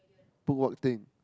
book what thing